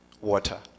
water